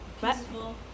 peaceful